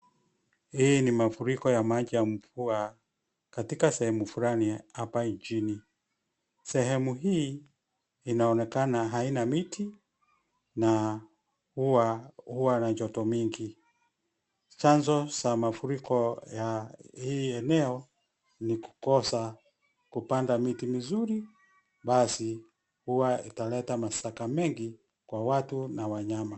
Hii ni mafuriko ya maji ya mvua katika sehemu flani apa nchini. Sehemu hii inaonekana haina miti na huwa na joto mingi. Chanzo cha mafuriko ya hii eneo ni kukosa kupanda miti mizuri basi huwa italeta mashaka mengi kwa watu na wanyama.